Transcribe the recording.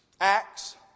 acts